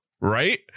right